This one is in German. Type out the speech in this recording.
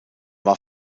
war